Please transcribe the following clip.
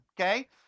okay